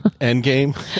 Endgame